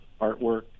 artwork